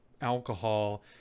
alcohol